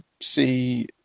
see